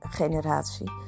generatie